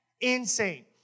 Insane